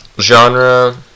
genre